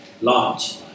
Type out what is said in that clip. launch